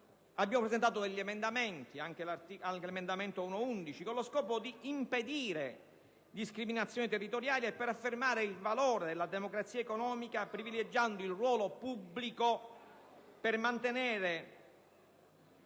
abbiamo presentato emendamenti (anche l'emendamento 1.11), allo scopo di impedire discriminazioni territoriali e di affermare il valore della democrazia economica privilegiando il ruolo pubblico per mantenere